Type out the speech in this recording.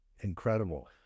incredible